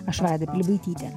aš vaida pilibaitytė